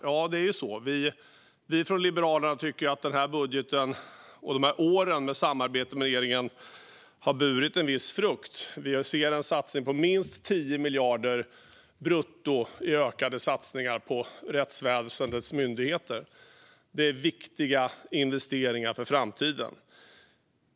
Ja, det är ju så - vi från Liberalerna tycker att den här budgeten, och de här åren av samarbete med regeringen, har burit viss frukt. Vi ser minst 10 miljarder brutto i ökade satsningar på rättsväsendets myndigheter. Det är viktiga investeringar för framtiden.